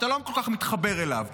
אתה לא כל כך מתחבר אליו.